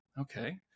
okay